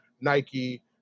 Nike